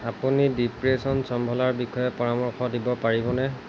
আপুনি ডিপ্ৰেছন চম্ভালাৰ বিষয়ে পৰামৰ্শ দিব পাৰিবনে